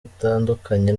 atandukanye